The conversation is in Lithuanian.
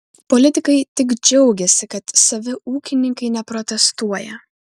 politikai tik džiaugiasi kad savi ūkininkai neprotestuoja